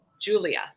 Julia